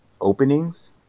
openings